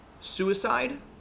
Suicide